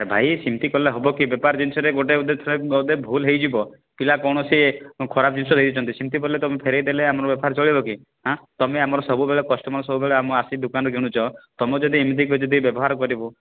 ଭାଇ ସେମିତି କଲେ ହବ କି ବେପାର ଜିନିଷରେ ଗୋଟେ ଅଧେ ଭୁଲ ହେଇ ଯିବ ପିଲା କ'ଣ ସେ ଖରାପ ଜିନିଷ ଦେଇ ଦେଇଛନ୍ତି ସେମିତି କଲେ ତୁମେ ଫେରାଇ ଦେଲେ ଆମର ବେପାର ଚଳିବ କି ହାଁ ତମେ ଆମର ସବୁ ବେଳ କଷ୍ଟମର୍ ସବୁ ବେଳେ ଆସି ଆମ ଦୋକାନରୁ କିଣୁଛ ତମେ ଯଦି ଏମିତି କା ଯଦି ବ୍ୟବହାର କରିବ